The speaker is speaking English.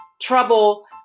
trouble